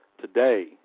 Today